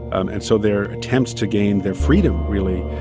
and and so their attempts to gain their freedom, really,